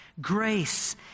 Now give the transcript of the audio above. grace